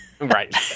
Right